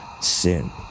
sin